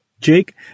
Jake